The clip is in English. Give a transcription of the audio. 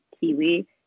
Kiwi